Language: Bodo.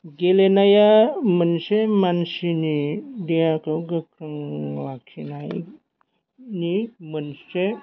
गेलेनाया मोनसे मानसिनि देहाखौ गोख्रों लाखिनायनि मोनसे